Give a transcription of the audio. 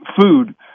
food